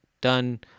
done